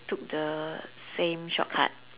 took the same shortcut